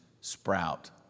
sprout